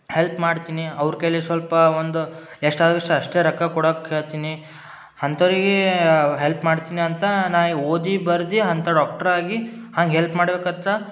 help ಮಾಡ್ತೀನಿ ಅವ್ರ ಕೈಯಲ್ಲಿ ಸ್ವಲ್ಪ ಒಂದು ಎಷ್ಟಾದಷ್ಟು ಅಷ್ಟೇ ರೊಕ್ಕ ಕೊಡಕ್ಕೆ ಹೇಳ್ತೀನಿ ಅಂಥವ್ರಿಗೆ ಹೆಲ್ಪ್ ಮಾಡ್ತೀನಿ ಅಂತ ನಾ ಓದಿ ಬರ್ದು ಅಂತ ಡಾಕ್ಟ್ರ್ ಆಗಿ ಹಂಗೆ ಹೆಲ್ಪ್ ಮಾಡ್ಬೇಕತ್ತ